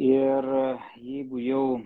ir jeigu jau